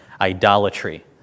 idolatry